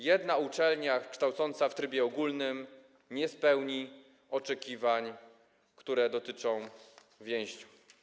Jedna uczelnia kształcąca w trybie ogólnym nie spełni oczekiwań, które dotyczą więźniów.